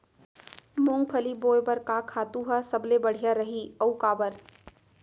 मूंगफली बोए बर का खातू ह सबले बढ़िया रही, अऊ काबर?